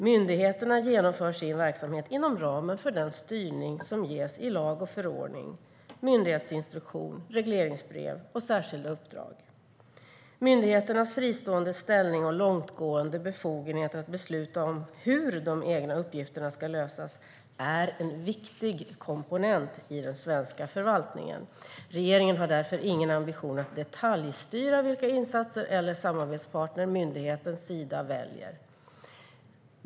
Myndigheterna genomför sin verksamhet inom ramen för den styrning som ges i lag och förordning, myndighetsinstruktion, regleringsbrev och särskilda uppdrag. Myndigheternas fristående ställning och långtgående befogenheter att besluta om hur de egna uppgifterna ska lösas är en viktig komponent i den svenska förvaltningen. Regeringen har därför ingen ambition att detaljstyra vilka insatser eller samarbetspartner myndigheten Sida väljer.